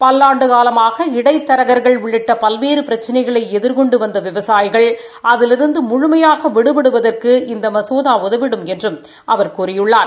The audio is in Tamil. பல்லாண்டுகாலமாக இடைத்தரகா்கள் உள்ளிட்ட பல்வேறு பிரச்சினைகளை எதிர்கொண்டு வந்த விவசாயிகள் அதிலிருந்து முழுமையாக விடுபடுவதற்கு இந்த மசோதா உதவிடும் என்றும் அவர் கூறியுள்ளார்